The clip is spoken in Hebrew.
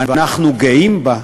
ואנחנו גאים בה,